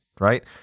right